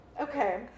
Okay